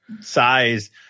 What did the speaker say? size